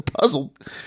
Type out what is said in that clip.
puzzled